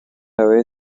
away